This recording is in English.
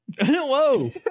whoa